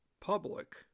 public